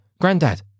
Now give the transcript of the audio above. granddad